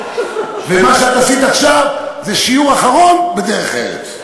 ומה שאת עשית עכשיו זה שיעור אחרון בדרך-ארץ.